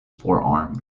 forearmed